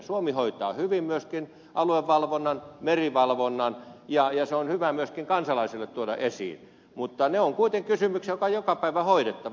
suomi hoitaa hyvin myöskin aluevalvonnan ja merivalvonnan ja se on hyvä myöskin kansalaisille tuoda esiin mutta ne ovat kuitenkin kysymyksiä jotka on joka päivä hoidettava